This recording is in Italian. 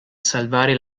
salvare